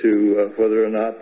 to whether or not